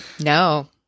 no